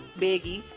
Biggie